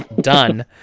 done